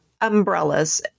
umbrellas